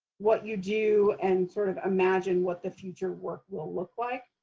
what you do, and sort of imagine what the future work will look like.